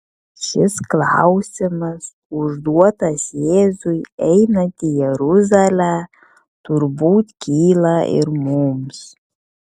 šis klausimas užduotas jėzui einant į jeruzalę turbūt kyla ir mums